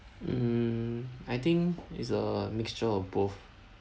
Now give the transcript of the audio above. mm I think it's a mixture of both